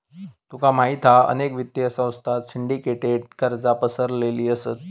तुका माहित हा अनेक वित्तीय संस्थांत सिंडीकेटेड कर्जा पसरलेली असत